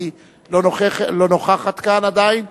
כי היא לא נוכחת כאן עדיין.